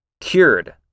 Cured